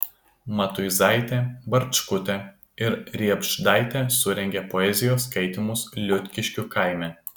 matuizaitė barčkutė ir riebždaitė surengė poezijos skaitymus liutkiškių kaime